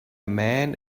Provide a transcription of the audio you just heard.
man